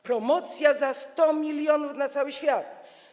Promocja za 100 mln na cały świat.